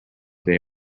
they